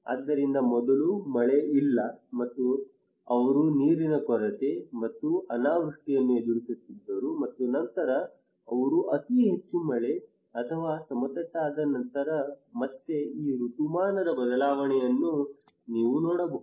ಆದ್ದರಿಂದ ಮೊದಲು ಮಳೆ ಇಲ್ಲ ಮತ್ತು ಅವರು ನೀರಿನ ಕೊರತೆ ಮತ್ತು ಅನಾವೃಷ್ಟಿಯನ್ನು ಎದುರಿಸುತ್ತಿದ್ದರು ಮತ್ತು ನಂತರ ಅವರು ಅತಿ ಹೆಚ್ಚು ಮಳೆ ಅಥವಾ ಸಮತಟ್ಟಾದ ನಂತರ ಮತ್ತೆ ಈ ಋತುಮಾನದ ಬದಲಾವಣೆಯನ್ನು ನೀವು ನೋಡಬಹುದು